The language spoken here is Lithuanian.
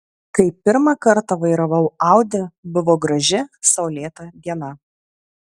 kai pirmą kartą vairavau audi buvo graži saulėta diena